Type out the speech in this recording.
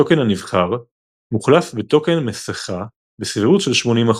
הטוקן הנבחר מוחלף בטוקן-מסיכה בסבירות של 80%,